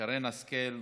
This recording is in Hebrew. שרן השכל,